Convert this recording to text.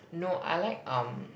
no I like um